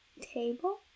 table